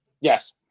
Yes